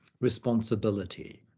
responsibility